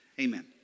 Amen